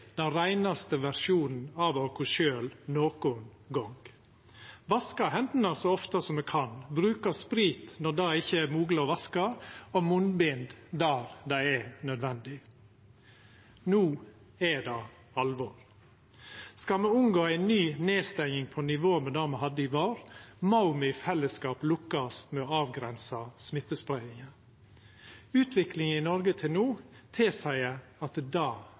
den reinaste versjonen av oss sjølve nokon gong: Me vaskar hendene så ofte me kan, brukar sprit når det ikkje er mogleg å vaska seg, og brukar munnbind der det er nødvendig. No er det alvor. Skal me unngå ei ny nedstenging på nivå med det me hadde i vår, må me i fellesskap lukkast med å avgrensa smittespreiinga. Utviklinga i Noreg til no tilseier at